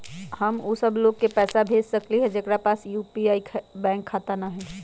हम उ सब लोग के पैसा भेज सकली ह जेकरा पास यू.पी.आई बैंक खाता न हई?